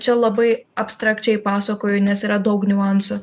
čia labai abstrakčiai pasakoju nes yra daug niuansų